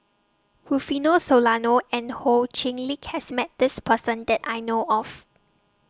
Rufino Soliano and Ho Chee Lick has Met This Person that I know of